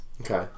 Okay